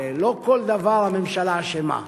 הרי לא כל דבר, הממשלה אשמה.